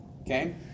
okay